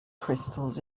crystals